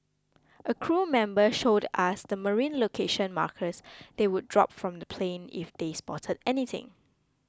a crew member showed us the marine location markers they would drop from the plane if they spotted anything